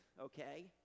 Okay